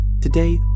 Today